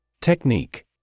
Technique